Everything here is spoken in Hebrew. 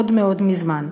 מאוד מאוד מזמן.